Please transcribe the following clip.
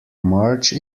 marge